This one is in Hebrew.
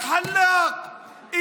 אלחלאק.